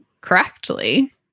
correctly